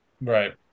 Right